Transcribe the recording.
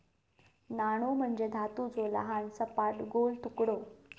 नाणो म्हणजे धातूचो लहान, सपाट, गोल तुकडो